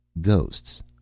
Ghosts